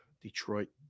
Detroit